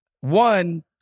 one